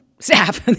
staff